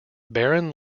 barron